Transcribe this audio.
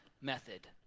method